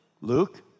Luke